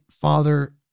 father